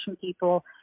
people